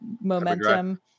momentum